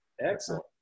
Excellent